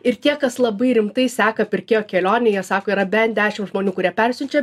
ir tie kas labai rimtai seka pirkėjo kelionę jie sako yra bent dešimt žmonių kurie persiunčia